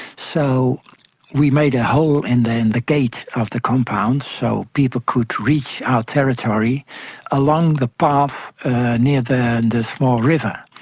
so we made a hole and in the gate of the compound so people could reach our territory along the path near the the small river.